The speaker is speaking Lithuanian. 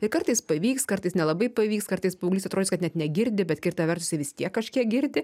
ir kartais pavyks kartais nelabai pavyks kartais paauglys atrodys kad net negirdi bet kita vertus jisai vis tiek kažkiek girdi